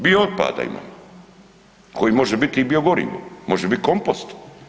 Bio otpada imamo koji može biti i biogorivo, može bit kompost.